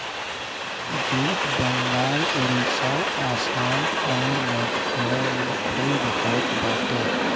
jute Bengal Orissa Assam अउर मेघालय में खूब होत बाटे